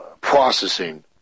processing